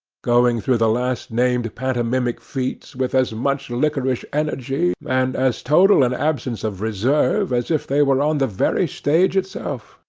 going through the last-named pantomimic feats with as much liquorish energy, and as total an absence of reserve, as if they were on the very stage itself?